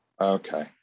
Okay